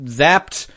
zapped